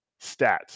stats